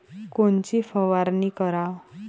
कोनची फवारणी कराव?